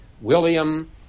William